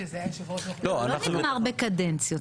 זה לא נגמר בקדנציות,